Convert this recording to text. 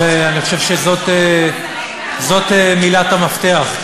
אני חושב שזאת מילת המפתח,